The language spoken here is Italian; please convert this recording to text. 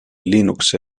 linux